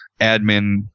admin